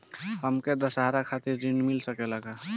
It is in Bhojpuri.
हमके दशहारा खातिर ऋण मिल सकेला का?